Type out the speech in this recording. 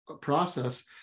process